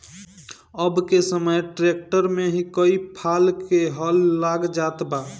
अब के समय ट्रैक्टर में ही कई फाल क हल लाग जात बा